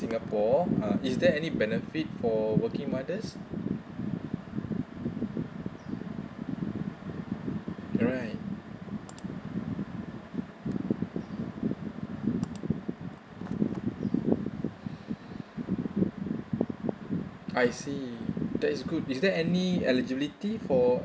singapore uh is there any benefit for working mothers alright I see that is good is there any eligibility for